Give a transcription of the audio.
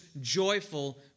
joyful